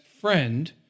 friend